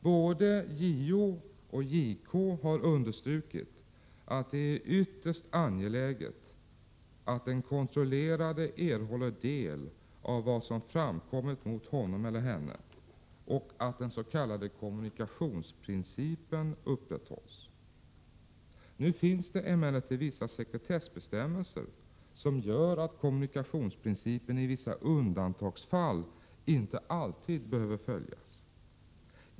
Både JO och JK har understrukit att det är ytterst angeläget att den kontrollerade erhåller del av vad som framkommit mot honom eller henne och att den s.k. kommunikationsprincipen upprätthålls. Nu finns det emellertid vissa sekretessbestämmelser som gör att kommunikationsprincipen — i vissa undantagsfall — inte alltid behöver följas.